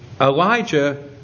Elijah